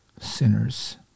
sinners